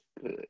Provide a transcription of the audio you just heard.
good